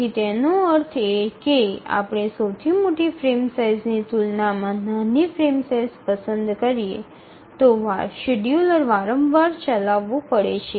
તેથી તેનો અર્થ એ કે જો આપણે મોટી ફ્રેમ સાઇઝની તુલનામાં નાની ફ્રેમ સાઇઝ પસંદ કરીએ તો શેડ્યૂલર વારંવાર ચાલવું પડે છે